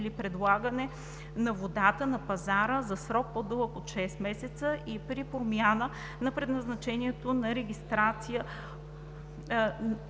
или предлагане на водата на пазара за срок, по-дълъг от 6 месеца, и при промяна на предназначението на регистрирания